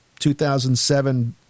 2007